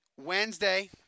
Wednesday